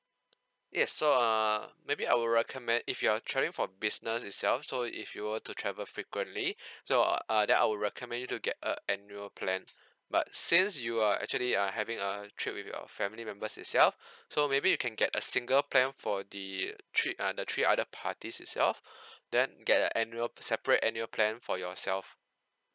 yes so uh maybe I would recommend if you're travelling for business itself so if you were to travel frequently so uh uh then I'll recommend you to get a annual plan but since you are actually are having a trip with your family members itself so maybe you can get a single plan for the trip err the three other parties itself then get an annual separate annual plan for yourself